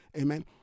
amen